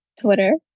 twitter